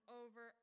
over